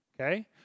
Okay